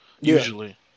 usually